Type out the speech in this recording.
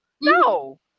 No